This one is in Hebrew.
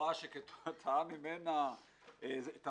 לא